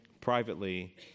privately